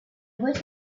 would